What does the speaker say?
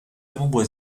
entièrement